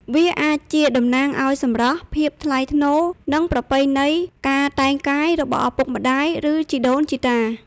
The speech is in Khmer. វាអាចជាតំណាងឲ្យ សម្រស់ ភាពថ្លៃថ្នូរ និង ប្រពៃណីនៃការតែងកាយ របស់ឪពុកម្ដាយ ឬជីដូនជីតា។